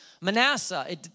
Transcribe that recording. Manasseh